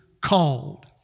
called